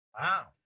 Wow